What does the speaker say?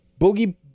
Boogie